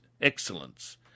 excellence